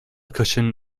cushion